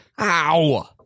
Ow